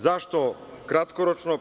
Zašto kratkoročno?